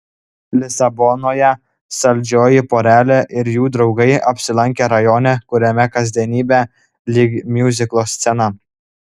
lisabonoje saldžioji porelė ir jų draugai apsilankė rajone kuriame kasdienybė lyg miuziklo scena